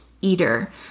eater